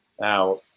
Now